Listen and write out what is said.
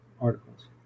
articles